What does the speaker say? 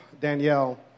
Danielle